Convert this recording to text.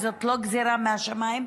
וזאת לא גזרה מהשמיים,